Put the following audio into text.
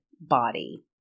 body